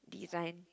design